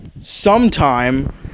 sometime